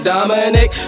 Dominic